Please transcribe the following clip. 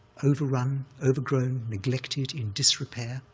overrun, overgrown, neglected, in disrepair.